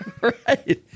Right